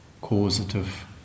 causative